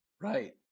Right